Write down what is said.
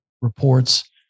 reports